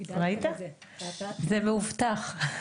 ראית, זה מאובטח.